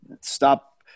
stop